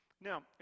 Now